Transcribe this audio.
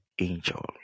angel